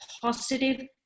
positive